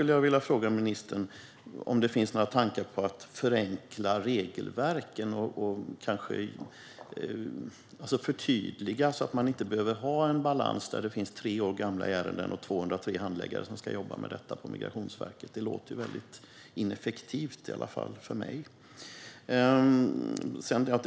Jag vill fråga ministern om det finns några tankar om att förenkla regelverket och kanske förtydliga så att det inte behöver vara en balans med tre år gamla ärenden och att 203 handläggare ska jobba med detta på Migrationsverket. Det låter väldigt ineffektivt, i varje fall för mig.